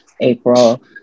April